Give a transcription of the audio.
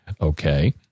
Okay